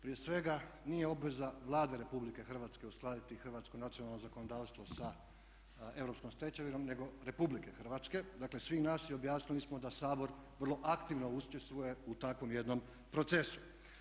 Prije svega nije obveza Vlade RH uskladiti hrvatsko nacionalno zakonodavstvo sa europskom stečevinom nego Republike Hrvatske, dakle svih nas, i objasnili smo da Sabor vrlo aktivno učestvuje u takvom jednom procesu.